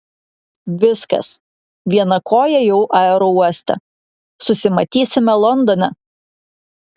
viskas viena koja jau aerouoste susimatysime londone